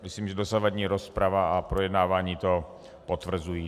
Myslím si, že dosavadní rozprava a projednávání to potvrzují.